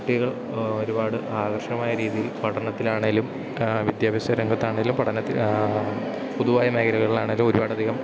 കുട്ടികൾ ഒരുപാട് ആകർഷകമായ രീതിയിൽ പഠനത്തിലാണെങ്കിലും വിദ്യാഭ്യാസ രംഗത്താണെങ്കിലും പഠനത്തിൽ പൊതുവായ മേഖലകളിലാണെങ്കിലും ഒരുപാടധികം